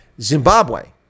Zimbabwe